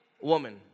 woman